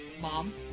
Mom